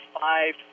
five